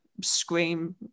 scream